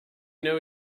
know